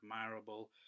admirable